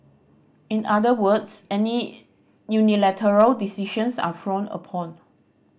in other words any unilateral decisions are frowned upon